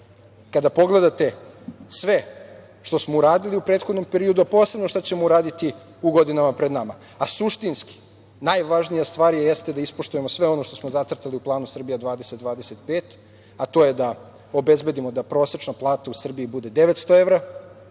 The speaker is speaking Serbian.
pogledate sve što smo uradili u prethodnom periodu, a posebno šta ćemo uraditi u godinama pred nama, a suštinski, najvažnija stvar jeste da ispoštujemo sve ono što smo zacrtali u planu „Srbija 2025“, a to je da obezbedimo da prosečna plata u Srbiji bude 900 evra,